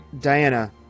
Diana